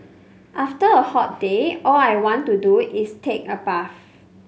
after a hot day all I want to do is take a bath